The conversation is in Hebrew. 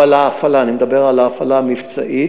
אבל ההפעלה, אני מדבר על ההפעלה המבצעית,